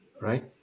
right